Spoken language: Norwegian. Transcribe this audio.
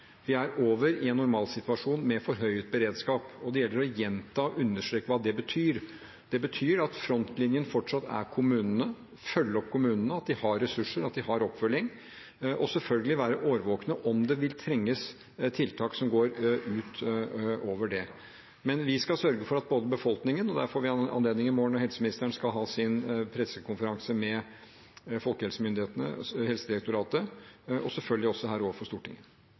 Vi er over i en normalsituasjon med forhøyet beredskap, og det gjelder å gjenta og understreke hva det betyr. Det betyr at frontlinjen fortsatt er kommunene. Vi må følge opp kommunene og sørge for at de har ressurser, og at de har oppfølging, og selvfølgelig være årvåkne om det trengs tiltak som går utover det. Vi skal sørge for at befolkningen blir holdt orientert, det får vi anledning til i morgen når helseministeren skal ha sin pressekonferanse med Folkehelseinstituttet og Helsedirektoratet, og selvfølgelig også